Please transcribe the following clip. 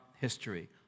history